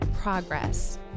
progress